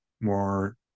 more